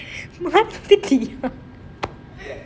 மறந்துட்டியா:maranthutiya